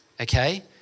okay